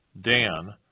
Dan